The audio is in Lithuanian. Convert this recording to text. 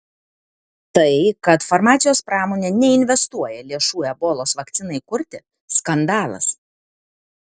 tai kad farmacijos pramonė neinvestuoja lėšų ebolos vakcinai kurti skandalas